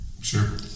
Sure